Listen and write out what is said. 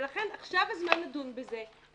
ולכן עכשיו הזמן לדון בזה,